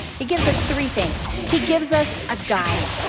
he gives us three things. he gives us a guide,